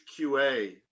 QA